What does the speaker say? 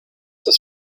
das